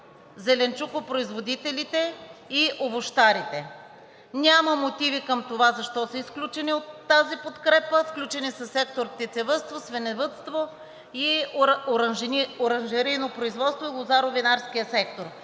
зеленчукопроизводителите и овощарите. Няма мотиви към това защо са изключени от тази подкрепа. Включени са сектор „Птицевъдство“, „Свиневъдство“ и „Оранжерийно производство“ и Лозаро-винарския сектор